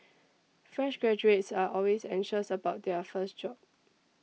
fresh graduates are always anxious about their first job